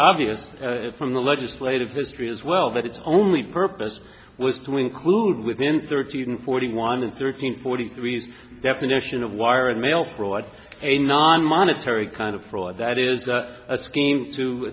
obvious from the legislative history as well that its only purpose was to include within thirty even forty one and thirteen forty three the definition of wire and mail fraud a non monetary kind of fraud that is a scheme to